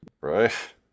right